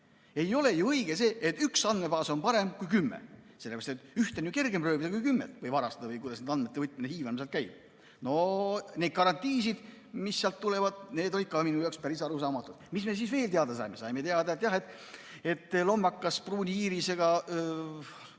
Ei ole ju õige see, et üks andmebaas on parem kui kümme. Sellepärast, et ühte on ju kergem röövida kui kümmet või varastada või kuidas nende andmete võtmine või hiivamine sealt käib. No need garantiid, mis sealt tulevad, olid ka minu jaoks päris arusaamatud. Mis me veel teada saime? Saime teada, et lombakas pruuni iirisega